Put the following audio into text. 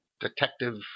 detective